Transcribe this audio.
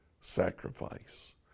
sacrifice